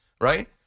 right